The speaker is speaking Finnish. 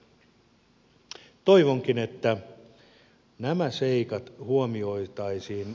toivonkin että nämä seikat huomioitaisiin